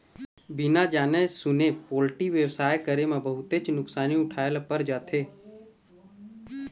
बिना जाने सूने पोल्टी बेवसाय करे म बहुतेच नुकसानी उठाए ल पर जाथे